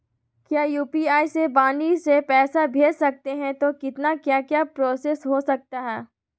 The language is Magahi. क्या यू.पी.आई से वाणी से पैसा भेज सकते हैं तो कितना क्या क्या प्रोसेस हो सकता है?